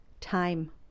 time